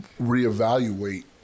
reevaluate